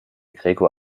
gregor